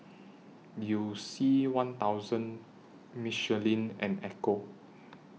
YOU C one thousand Michelin and Ecco